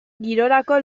girorako